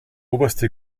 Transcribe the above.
oberste